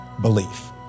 belief